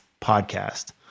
podcast